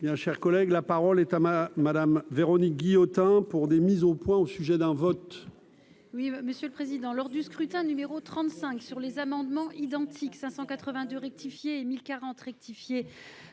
bien, cher collègue, la parole est à ma Madame Véronique Guillotin pour des mises au point au sujet d'un vote. Oui, monsieur le président, lors du scrutin numéro 35 sur les amendements identiques 582 rectifié et 1040 rectifié